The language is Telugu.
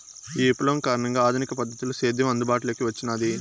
ఈ విప్లవం కారణంగా ఆధునిక పద్ధతిలో సేద్యం అందుబాటులోకి వచ్చినాది